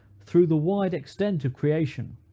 through the wide extent of creation,